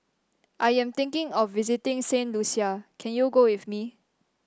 I am thinking of visiting Saint Lucia can you go with me